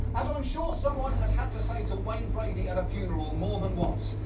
as i'm sure someone has had to say to wayne brady at a funeral more than once,